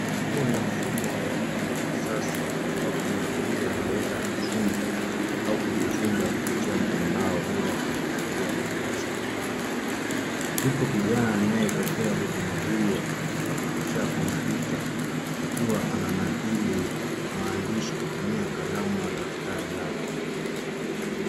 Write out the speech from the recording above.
Huu ni mfumo wa elimu wa kisasa ambapo mwanafunzi anaweza kufunzwa au kujifunza kupitia mtandao bila kuhudhuria madarasa ya kawaida. Yupo kijana anayepokea huduma hiyo kwa kutumia kompyuta, akiwa ananakili maandishi kutumia kalamu na daftari lake.